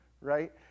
right